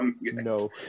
No